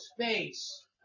space